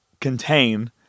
contain